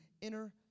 inner